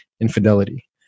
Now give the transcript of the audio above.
infidelity